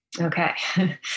Okay